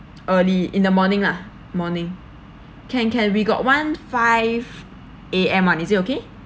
early in the morning lah morning can can we got one five A_M one is it okay